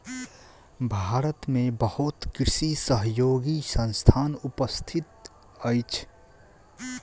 भारत में बहुत कृषि सहयोगी संस्थान उपस्थित अछि